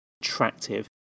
attractive